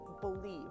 believe